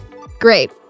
Great